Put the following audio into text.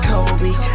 Kobe